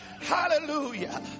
Hallelujah